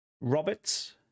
Roberts